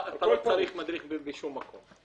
אתה לא צריך מדריך בשום מקום.